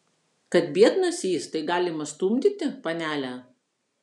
kad biednas jis tai galima stumdyti panele